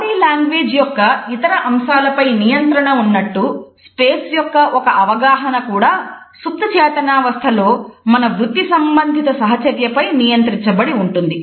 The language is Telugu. బాడీ లాంగ్వేజ్ యొక్క ఒక అవగాహన కూడా సుప్తచేతనావస్థలో మన వృత్తి సంబంధిత సహ చర్యపై నియంత్రించబడి ఉంటుంది